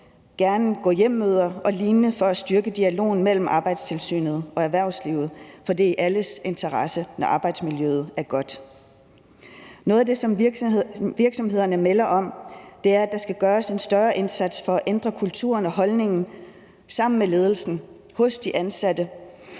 gerne gå hjem-møder og lignende, for at styrke dialogen mellem Arbejdstilsynet og erhvervslivet. For det er i alles interesse, når arbejdsmiljøet er godt. Noget af det, som virksomhederne melder om, er, at der skal gøres en større indsats for at ændre kulturen og holdningen sammen med ledelsen hos de ansatte